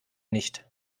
nicht